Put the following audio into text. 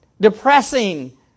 depressing